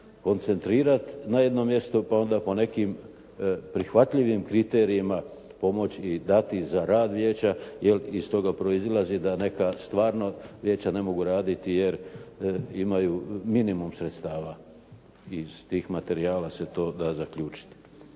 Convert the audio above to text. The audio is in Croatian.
koncentrirati na jedno mjesto, pa onda po nekim prihvatljivim kriterijima pomoći i dati za rad vijeća jer iz toga proizlazi da neka stvarno vijeća ne mogu raditi jer imaju minimum sredstava, iz tih materijala se to da zaključiti.